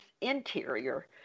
interior